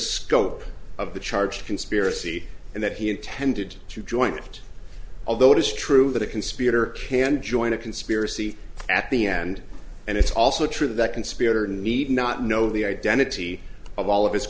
scope of the charge conspiracy and that he intended to join it although it is true that a conspirator can join a conspiracy at the end and it's also true that conspirator need not know the identity of all of his